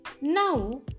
Now